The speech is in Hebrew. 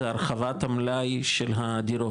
זה הרחבת המלאי של הדירות.